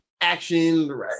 action